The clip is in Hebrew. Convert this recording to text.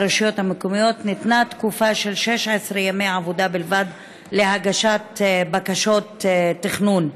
לרשויות המקומיות ניתנה תקופה של 16 ימי עבודה בלבד להגשת בקשות תכנון.